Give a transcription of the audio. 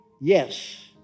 yes